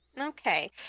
okay